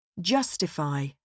Justify